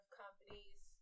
companies